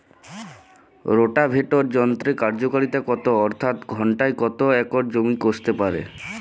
Rotavator যন্ত্রের কার্যকারিতা কত অর্থাৎ ঘণ্টায় কত একর জমি কষতে পারে?